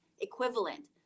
equivalent